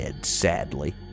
sadly